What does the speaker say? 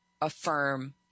affirm